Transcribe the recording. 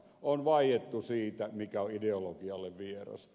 on vaiettu siitä mikä on ideologialle vierasta